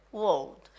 world